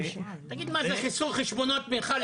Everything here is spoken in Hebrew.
תגיד, זה חיסול חשבונות בינך לבין המפכ"ל?